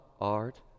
art